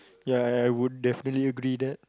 ya I I would definitely agree that